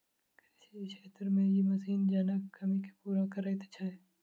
कृषि क्षेत्र मे ई मशीन जनक कमी के पूरा करैत छै